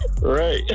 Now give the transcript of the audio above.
Right